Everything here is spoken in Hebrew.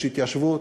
יש התיישבות,